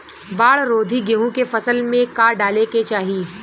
बाढ़ रोधी गेहूँ के फसल में का डाले के चाही?